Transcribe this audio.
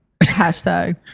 Hashtag